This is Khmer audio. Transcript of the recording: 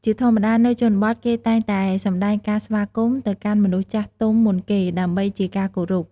ជាធម្មតា នៅជនបទ គេតែងតែសម្ដែងការស្វាគមន៍ ទៅកាន់មនុស្សចាស់ទុំមុនគេ ដើម្បីជាការគោរព។